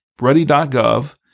ready.gov